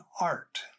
art